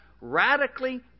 radically